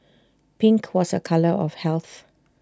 pink was A colour of health